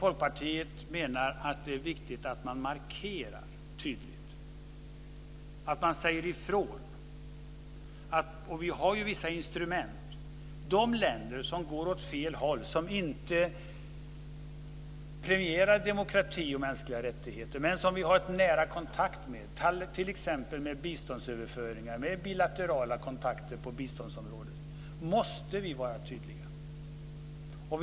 Folkpartiet menar att det är viktigt att markera tydligt, att säga ifrån. Vi har vissa instrument. De länder som går åt fel håll, som inte premierar demokrati och mänskliga rättigheter, men som vi har nära kontakt med, med biståndsöverföringar, med bilaterala kontakter på biståndsområdet, måste vi vara tydliga mot.